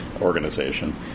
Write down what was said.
Organization